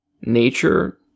nature